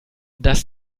das